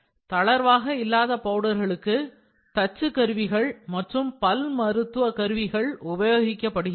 தளர்வாக இல்லாத பவுடர்களுக்கு தச்சு கருவிகள் மற்றும் பல் மருத்துவ கருவிகள் உபயோகிக்கப்படுகின்றன